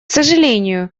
сожалению